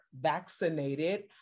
vaccinated